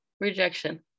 rejection